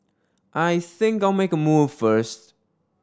I think I'll make a move first